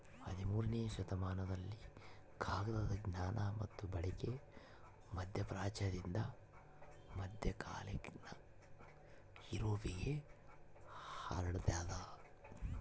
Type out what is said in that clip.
ಹದಿಮೂರನೇ ಶತಮಾನದಲ್ಲಿ ಕಾಗದದ ಜ್ಞಾನ ಮತ್ತು ಬಳಕೆ ಮಧ್ಯಪ್ರಾಚ್ಯದಿಂದ ಮಧ್ಯಕಾಲೀನ ಯುರೋಪ್ಗೆ ಹರಡ್ಯಾದ